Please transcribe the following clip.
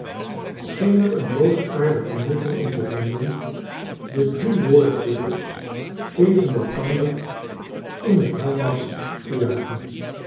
er een boosaardig genoegen in te vinden de drie woordvoerders tegen elkander in net harnas te jagen